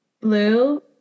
blue